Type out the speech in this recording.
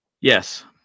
yes